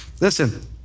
Listen